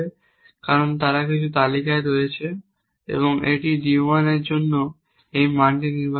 কারণ তারা কিছু তালিকায় রয়েছে এবং এটি d 1 এর জন্য এই মানটি নির্বাচন করেছে